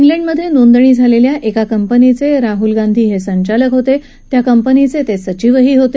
ख्रिमधे नोंदणी झालेल्या एका कंपनीचे राहुल गांधी हे संचालक होते त्या कंपनीचे सचीवही होते